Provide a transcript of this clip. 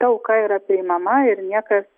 ta auka yra priimama ir niekas